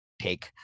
take